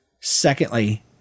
Secondly